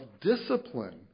discipline